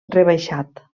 rebaixat